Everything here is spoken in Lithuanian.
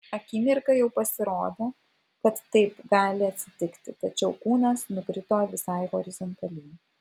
akimirką jau pasirodė kad taip gali atsitikti tačiau kūnas nukrito visai horizontaliai